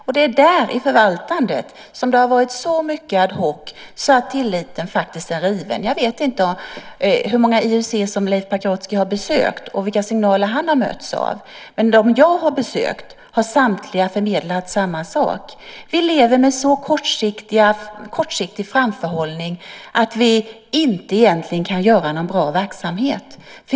Och det är i förvaltandet som det har varit så mycket ad hoc att tilliten faktiskt är borta. Jag vet inte hur många IUC-bolag som Leif Pagrotsky har besökt och vilka signaler som han har mötts av. Men samtliga IUC-bolag som jag har besökt har förmedlat samma sak. De säger: Vi lever med så kortsiktig framförhållning att vi egentligen inte kan bedriva någon bra verksamhet.